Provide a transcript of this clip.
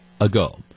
ago